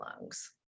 lungs